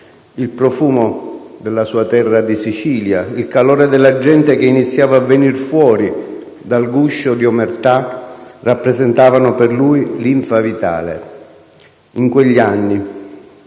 Il profumo della sua terra di Sicilia e il calore della gente che iniziava a venir fuori dal guscio di omertà rappresentavano per lui linfa vitale. In quegli anni,